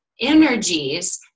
energies